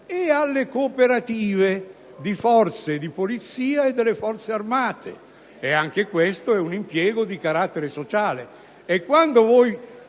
e alle cooperative delle forze di Polizia e delle Forze armate. Anche questo è un impiego di carattere sociale, e quando voi